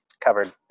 covered